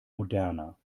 moderner